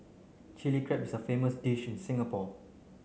Chilli Crab is a famous dish in Singapore